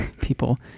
people